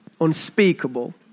unspeakable